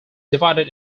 divided